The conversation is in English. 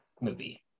movie